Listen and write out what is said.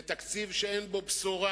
זה תקציב שאין בו בשורה.